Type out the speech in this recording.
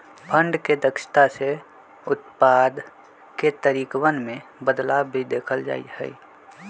fund के दक्षता से उत्पाद के तरीकवन में बदलाव भी देखल जा हई